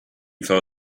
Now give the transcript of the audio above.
fell